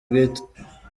bwite